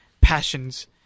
passions